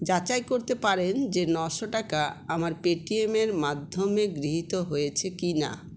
যাচাই করতে পারেন যে নশো টাকা আমার পেটিএমের মাধ্যমে গৃহীত হয়েছে কিনা